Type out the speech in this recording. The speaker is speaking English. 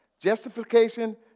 Justification